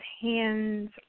Hands